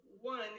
one